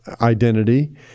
identity